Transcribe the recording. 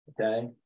okay